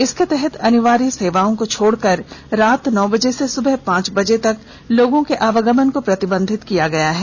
इसके तहत अनिवार्य सेवाओं को छोड़कर रात्रि नौ बजे से सुबह पांच बचे तक लोगों के आवागमन को प्रतिबंधित किया गया है